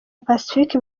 pacifique